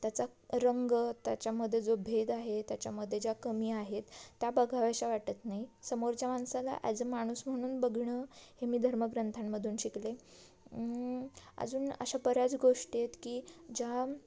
त्याचा रंग त्याच्यामध्ये जो भेद आहे त्याच्यामध्ये ज्या कमी आहेत त्या बघाव्याशा वाटत नाही समोरच्या माणसाला ॲज अ माणूस म्हणून बघणं हे मी धर्मग्रंथांमधून शिकले अजून अशा बऱ्याच गोष्टी आहेत की ज्या